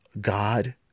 God